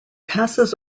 passes